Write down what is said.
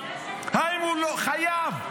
האם הוא לא חייב?